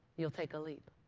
you'll take a leap.